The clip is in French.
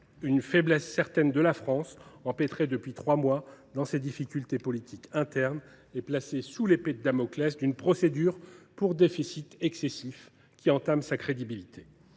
une faiblesse certaine de la France, empêtrée depuis trois mois dans ses difficultés politiques internes et placée sous l’épée de Damoclès d’une procédure pour déficit excessif qui entame sa crédibilité.